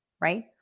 right